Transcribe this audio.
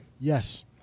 Yes